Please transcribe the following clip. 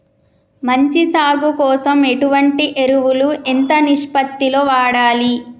మంచి సాగు కోసం ఎటువంటి ఎరువులు ఎంత నిష్పత్తి లో వాడాలి?